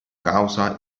causa